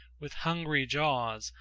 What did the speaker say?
with hungry jaws,